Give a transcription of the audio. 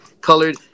colored